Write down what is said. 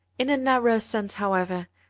in a narrower sense, however,